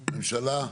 ממשלה?